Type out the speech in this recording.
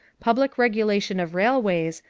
public regulation of railways,